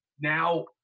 Now